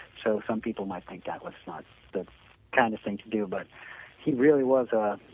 so some people might think that was not the kind of thing to do but he really was a